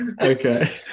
okay